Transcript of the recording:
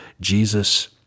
Jesus